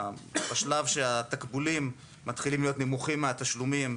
שבתחזית לשנת 2027 התקבולים מתחילים להיות נמוכים מהתשלומים,